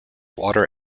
water